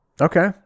Okay